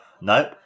Nope